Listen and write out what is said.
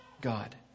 God